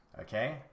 Okay